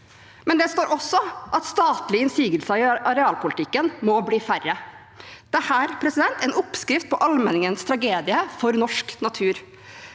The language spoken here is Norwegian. men det står også at statlige innsigelser i arealpolitikken må bli færre. Dette er en oppskrift på allmenningens tragedie for norsk natur.